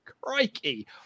Crikey